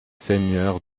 seigneur